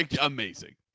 Amazing